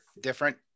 different